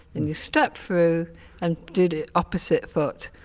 then you step through and do the opposite foot.